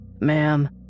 Ma'am